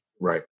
Right